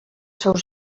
seus